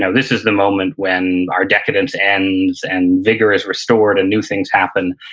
so this is the moment when our decadence ends and vigor is restored, and new things happen.